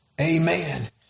Amen